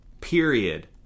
Period